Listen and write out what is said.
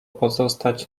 pozostać